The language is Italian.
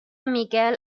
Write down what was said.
miguel